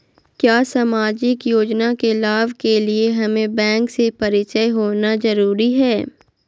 क्या सामाजिक योजना के लाभ के लिए हमें बैंक से परिचय होना जरूरी है?